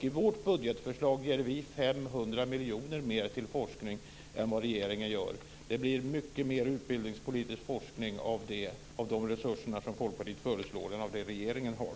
I vårt budgetförslag ger vi 500 miljoner mer till forskning än vad regeringen gör. Det blir mycket mer utbildningspolitisk forskning av de resurser som Folkpartiet föreslår än av det regeringen har.